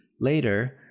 later